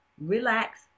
relax